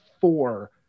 four